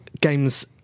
games